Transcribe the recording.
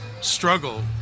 struggle